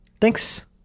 Thanks